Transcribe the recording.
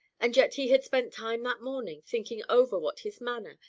and yet he had spent time that morning, thinking over what his manner,